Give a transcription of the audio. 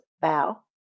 bow